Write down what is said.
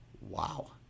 Wow